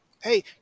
Hey